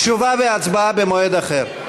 תשובה והצבעה במועד אחר.